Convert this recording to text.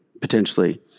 potentially